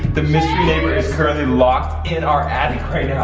the mystery neighbor is currently locked in our attic right